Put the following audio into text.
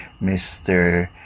Mr